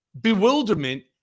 bewilderment